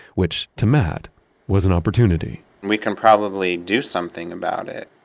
which to matt was an opportunity we can probably do something about it.